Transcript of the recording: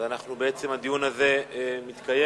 אז הדיון הזה מתקיים